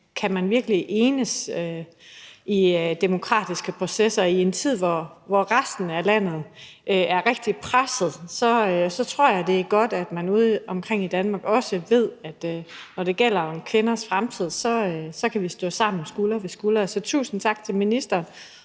kan man virkelig enes i demokratiske processer. I en tid, hvor resten af landet er rigtig presset, så tror jeg, det er godt, at man udeomkring i Danmark også ved, at når det gælder kvinders fremtid, så kan vi stå sammen skulder ved skulder. Så tusind tak til ministeren